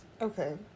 Okay